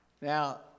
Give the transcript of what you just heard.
Now